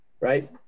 right